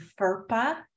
FERPA